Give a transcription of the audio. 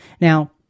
Now